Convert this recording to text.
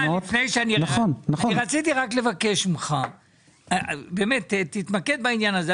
רציתי לבקש ממך - תתמקד בעניין הזה.